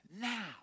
Now